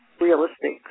realistic